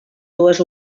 dues